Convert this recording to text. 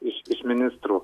iš iš ministrų